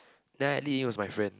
that night Li-Ying was my friend